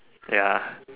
ya